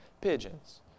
pigeons